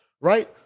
right